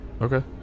Okay